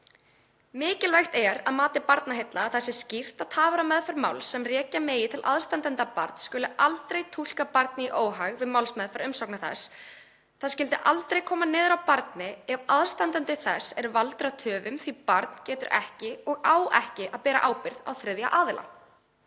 Mikilvægt er að mati Barnaheilla að það sé skýrt að tafir á meðferð máls sem rekja megi til aðstandenda barns skuli aldrei túlka barni í óhag við málsmeðferð umsóknar þess, það skyldi aldrei koma niðri á barni ef aðstandandi þess er valdur að töfum því að barn getur ekki og á ekki að bera ábyrgð á þriðja aðila.